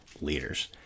leaders